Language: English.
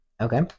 okay